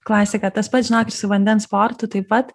klasika tas pats žinok ir su vandens sportu taip pat